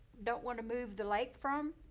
don't wanna move the lake from,